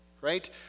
Right